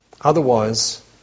Otherwise